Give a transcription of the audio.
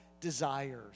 desires